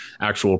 actual